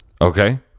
Okay